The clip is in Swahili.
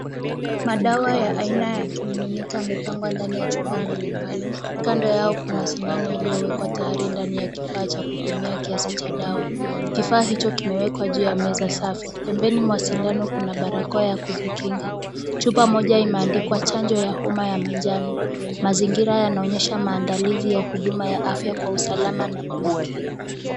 Madawa ya aina ya kimiminika yamepangwa ndani ya chupa mbalimbali, kando yao kuna sindano iliyowekwa tayari ndani ya kifaa cha kupimia kiasi cha dawa. Kifaa hicho kimewekwa juu ya meza safi. Pembeni mwa sindano kuna barakoa ya kujikinga. Chupa moja imeandikwa chanjo ya homa ya manjano. Mazingira yanaonyesha maandalizi ya huduma ya afya kwa usalama na umakini